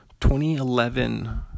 2011